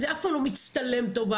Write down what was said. זה אף פעם לא מצטלם טוב,